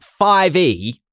5e